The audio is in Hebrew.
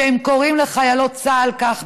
שהם קוראים לחיילות צה"ל כך,